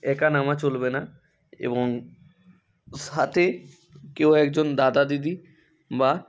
একা নামা চলবে না এবং সাথে কেউ একজন দাদা দিদি বা